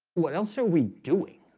what else are we doing?